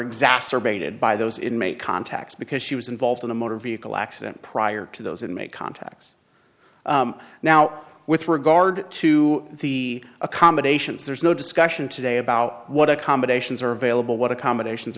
exacerbated by those inmate contacts because she was involved in a motor vehicle accident prior to those and make contacts now with regard to the accommodations there's no discussion today about what accommodations are available what accommodations